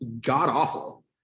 god-awful